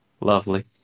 Lovely